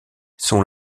sont